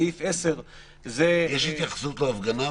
סעיף 10 --- יש התייחסות להפגנה?